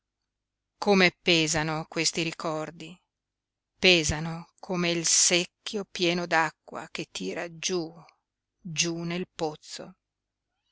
come pesano questi ricordi pesano come il secchio pieno d'acqua che tira giú giú nel pozzo